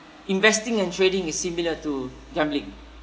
investing and trading is similar to gambling